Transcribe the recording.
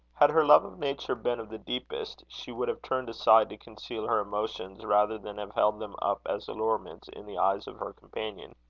had her love of nature been of the deepest, she would have turned aside to conceal her emotions rather than have held them up as allurements in the eyes of her companion.